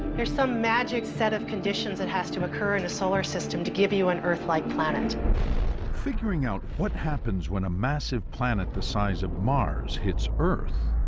there's some magic set of conditions that has to occur in a solar system to give you an earth-like planet. narrator figuring out what happens when a massive planet, the size of mars, hits earth,